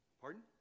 Pardon